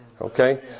Okay